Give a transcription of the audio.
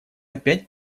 опять